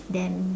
then